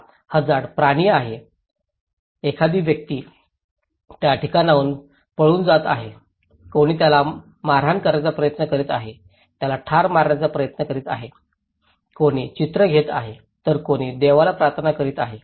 हा हझार्डदायक प्राणी आहे एखादी व्यक्ती त्या ठिकाणाहून पळून जात आहे कोणी त्याला मारहाण करण्याचा प्रयत्न करीत आहे त्याला ठार मारण्याचा प्रयत्न करीत आहे कोणी चित्र घेत आहे तर कोणी देवाला प्रार्थना करीत आहे